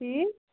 ٹھیٖک